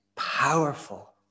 powerful